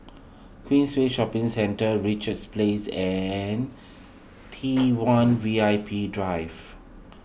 Queensway Shopping Centre Richards Place and T one V I P Drive